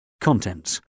Contents